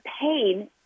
pain